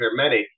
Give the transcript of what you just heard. paramedic